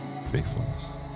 faithfulness